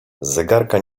zegarka